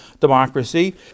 democracy